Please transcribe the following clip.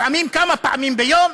לפעמים כמה פעמים ביום,